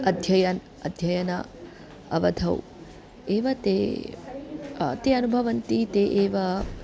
अध्ययनम् अध्ययन अवधौ एव ते ते अनुभवन्ति ते एव